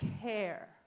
care